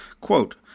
quote